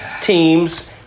teams